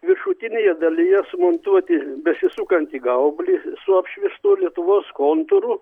viršutinėje dalyje sumontuoti besisukantį gaublį su apšviestu lietuvos kontūru